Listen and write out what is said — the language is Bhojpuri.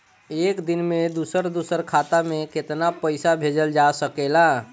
एक दिन में दूसर दूसर खाता में केतना पईसा भेजल जा सेकला?